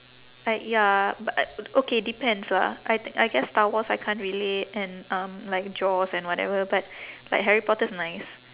like ya but okay depends lah I I guess star wars I can't relate and um like jaws and whatever but like harry potter's nice